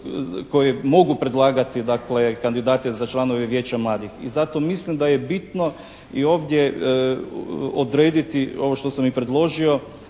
koje mogu predlagati dakle kandidate za članove Vijeća mladih. I zato mislim da je bitno i ovdje odrediti ovo što sam i predložio